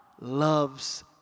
loves